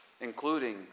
including